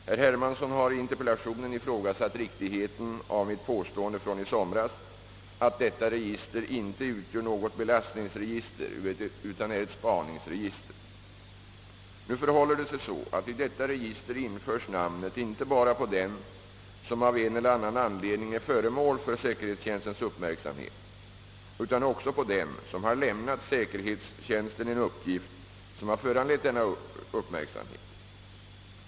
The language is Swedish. Herr Hermansson har i interpellationen ifrågasatt riktigheten av mitt påstående från i somras att detta register inte utgör något belastningsregister utan är ett spaningsregister, Nu förhåller det sig så att i detta register införs namnet inte bara på den som av en eller annan anledning är föremål för säkerhetstjänstens uppmärksamhet, utan också på den som har lämnat säkerhetstjänsten en uppgift, som har föranlett denna uppmärksamhet.